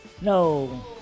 No